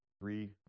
Three